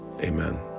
Amen